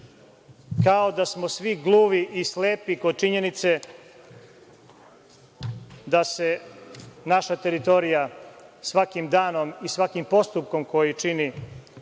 kao da smo svi gluvi i slepi kod činjenice da se naša teritorija svakim danom i svakim postupkom koji čini,